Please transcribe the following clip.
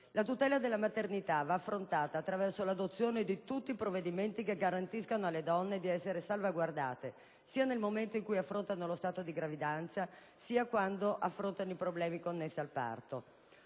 La tutela della maternità va affrontata attraverso l'adozione di tutti i provvedimenti che garantiscano alle donne di essere salvaguardate sia nel momento in cui affrontano la gravidanza, sia quando affrontano i problemi connessi al parto.